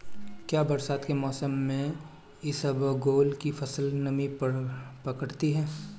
क्या बरसात के मौसम में इसबगोल की फसल नमी पकड़ती है?